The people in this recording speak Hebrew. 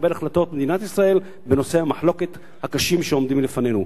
לקבל החלטות במדינת ישראל בנושאי המחלוקת הקשים שעומדים לפנינו.